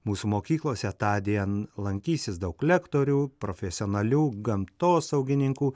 mūsų mokyklose tądien lankysis daug lektorių profesionalių gamtosaugininkų